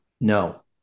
No